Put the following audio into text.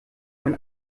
man